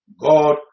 God